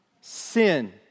sin